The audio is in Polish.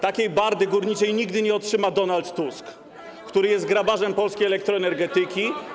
Takiej bardy górniczej nigdy nie otrzyma Donald Tusk, który jest grabarzem polskiej elektroenergetyki.